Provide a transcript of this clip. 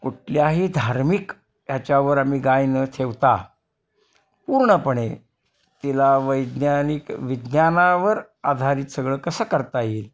कुठल्याही धार्मिक ह्याच्यावर आम्ही गाय न ठेवता पूर्णपणे तिला वैज्ञानिक विज्ञानावर आधारित सगळं कसं करता येईल